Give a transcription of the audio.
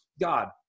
God